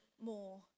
more